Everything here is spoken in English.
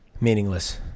Meaningless